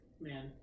Man